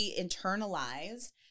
internalize